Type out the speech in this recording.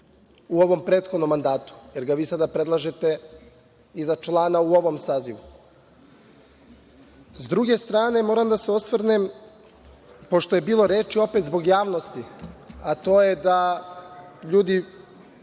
u ovom prethodnom mandatu, jer ga vi sada predlažete za člana u ovom sazivu?S druge strane, moram da se osvrnem, pošto je bilo reči, opet zbog javnosti, a to je da ljudi,